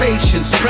Patience